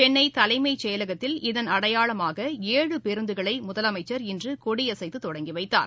சென்னை தலைமை செயலகத்தில் இதன் அடையாளமாக ஏழு பேருந்துகளை முதலமைச்சர் இன்று கொடியசைத்து தொடங்கி வைத்தார்